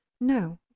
no